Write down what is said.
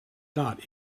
not